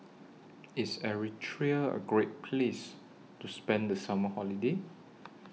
IS Eritrea A Great Place to spend The Summer Holiday